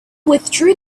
withdrew